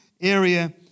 area